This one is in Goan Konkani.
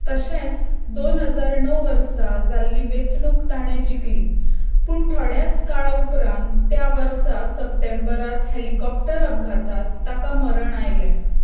तशेंच दोन हजार णव वर्सा जाल्ली वेंचणूक ताणें जिखली पूण थोड्याच काळा उपरांत त्या वर्सा सप्टेंबरांत हेलिकॉप्टर अपघातांत ताका मरण आयलें